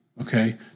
okay